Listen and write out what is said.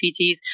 PTs